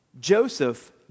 Joseph